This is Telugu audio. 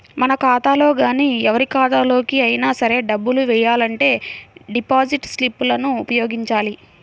మన ఖాతాలో గానీ ఎవరి ఖాతాలోకి అయినా సరే డబ్బులు వెయ్యాలంటే డిపాజిట్ స్లిప్ లను ఉపయోగించాలి